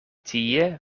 tie